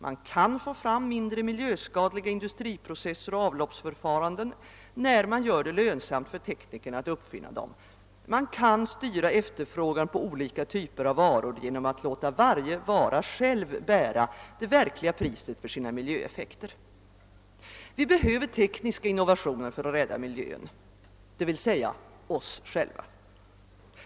Man kan få fram mindre miljöskadliga industriprocesser och avloppsförfaranden när man gör det lönsamt för teknikerna att uppfinna dem. Man kan styra efterfrågan på olika typer av varor genom att låta varje vara själv bära det verkliga priset för sina miljöeffekter. Vi behöver tekniska innovationer för att rädda miljön, dvs. oss själva.